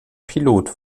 pilot